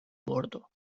bordo